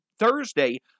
Thursday